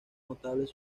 notables